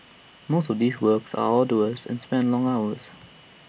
most of these works are arduous and span long hours